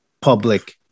public